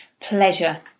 pleasure